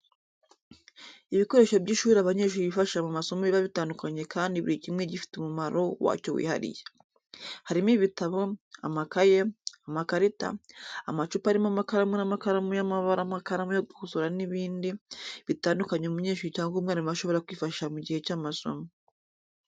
Ibikoresho by’ishuri abanyeshuri bifashisha mu masomo biba bitandukanye kandi buri kimwe gifite umumaro wacyo wihariye. Harimo ibitabo, amakaye, amakarita, amacupa arimo amakaramu n’amakaramu y’amabara, amakaramu yo gukosora n'ibindi bitandukanye umunyeshuri cyangwa umwarimu ashobora kwifashisha mu gihe cy'amasomo.